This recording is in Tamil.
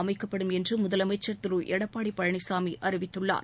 அமைக்கப்படும் என்று முதலமைச்சர் திரு எடப்பாடி பழனிசாமிஅறிவித்துள்ளார்